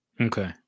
Okay